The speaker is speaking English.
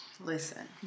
Listen